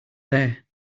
there